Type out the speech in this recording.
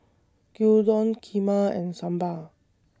Gyudon Kheema and Sambar